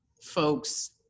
folks